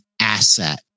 asset